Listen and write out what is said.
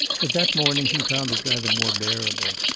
but that morning he found it rather more bearable.